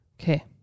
Okay